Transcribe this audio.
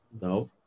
No